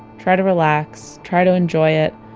try to relax, try to enjoy it.